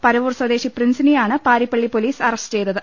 പരവൂർ സ്വദേശി പ്രിൻസിനെയാണ് Parippally police arrest ചെയ്തത്